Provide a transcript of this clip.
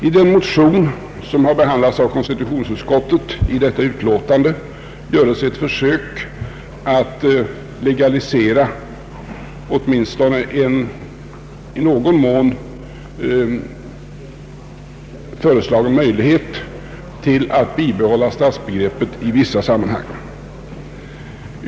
I den motion som har behandlats av konstitutionsutskottet görs ett försök att legalisera en föreslagen möjlighet att bibehålla stadsbegreppet i vissa sammanhang.